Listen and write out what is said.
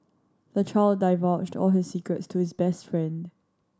the child divulged all his secrets to his best friend